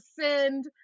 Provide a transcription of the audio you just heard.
send